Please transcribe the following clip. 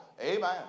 Amen